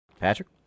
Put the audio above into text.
Patrick